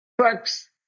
Trucks